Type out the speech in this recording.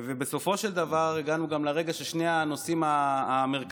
בסופו של דבר הגענו גם לרגע שבשני הנושאים המרכזיים